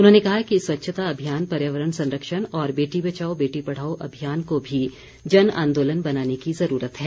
उन्होंने कहा कि स्वच्छता अभियान पर्यावरण संरक्षण और बेटी बचाओ बेटी पढ़ाओ अभियान को भी जन आंदोलन बनाने की जुरूरत है